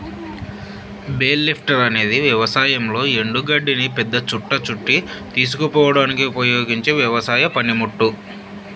bale lifter అనేది వ్యవసాయంలో ఎండు గడ్డిని పెద్ద చుట్ట చుట్టి తీసుకుపోవడానికి ఉపయోగించే వ్యవసాయ పనిముట్టు